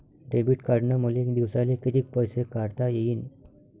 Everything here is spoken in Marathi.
डेबिट कार्डनं मले दिवसाले कितीक पैसे काढता येईन?